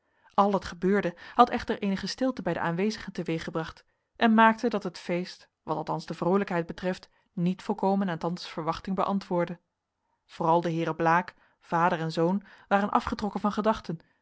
al het gebeurde had echter eenige stilte bij de aanwezigen teweeggebracht en maakte dat het feest wat althans de vroolijkheid betreft niet volkomen aan tantes verwachting beantwoordde vooral de heeren blaek vader en zoon waren afgetrokken van gedachten